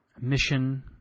mission